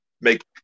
make